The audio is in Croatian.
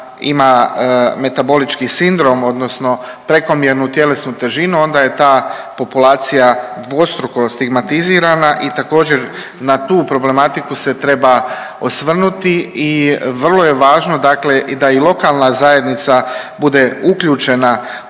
ima metabolički sindrom odnosno prekomjernu tjelesnu težinu onda je ta populacija dvostruko stigmatizirana i također na tu problematiku se treba osvrnuti i vrlo je važno dakle da i lokalna zajednica bude uključena u